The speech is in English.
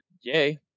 Yay